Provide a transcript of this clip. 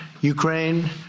Ukraine